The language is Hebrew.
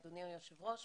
אדוני היושב ראש.